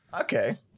Okay